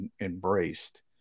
embraced